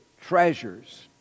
treasures